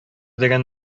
дигән